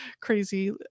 crazy